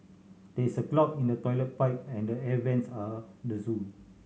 there is a clog in the toilet pipe and the air vents are the zoo